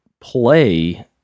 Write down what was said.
play